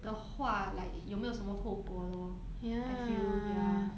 的话 like 有没有什么后果 lor I feel ya